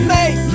Make